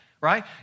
right